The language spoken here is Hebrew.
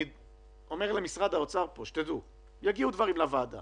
משרד האוצר, יגיעו דברים לוועדה